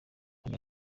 hano